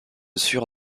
sûr